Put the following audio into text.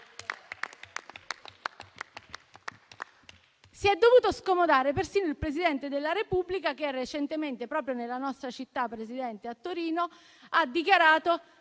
Si è dovuto scomodare persino il Presidente della Repubblica, che recentemente, proprio nella nostra città, a Torino, ha dichiarato